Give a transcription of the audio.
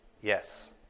Yes